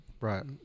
Right